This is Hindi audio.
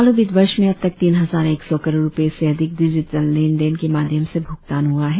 चालू वित्त वर्ष में अब तक तीन हजार एक सौ करोड़ रुपये से अधिक डिजिटेल लेन देन के माध्यम से भुगतान हुआ है